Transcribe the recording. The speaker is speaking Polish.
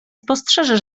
spostrzeże